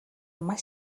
маш